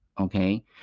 okay